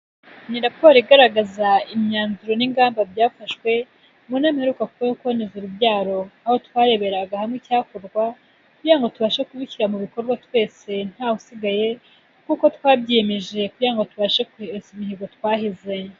Ni raporo igaragaza imyanzuro n'ingamba byafashwe mu nama iheruka kuba yo kuboneza urubyaro, aho twareberaga hamwe icyakorwa kugira ngo tubashe kubishyira mu bikorwa twese ntawe usigaye, nk'uko twabyiyemeje kugira ngo tubashe kwesa imihigo twahize.